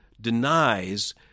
denies